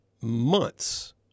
months